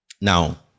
Now